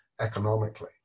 economically